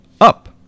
up